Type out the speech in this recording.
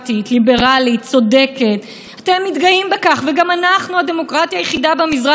ואתם מסכנים את הבסיס האידיאולוגי שעליו מבוסס החזון הציוני.